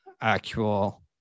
actual